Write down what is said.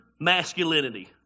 masculinity